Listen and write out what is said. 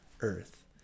earth